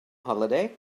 holiday